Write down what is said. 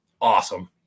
awesome